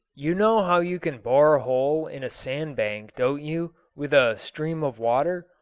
you know how you can bore a hole in a sand-bank, don't you, with a stream of water?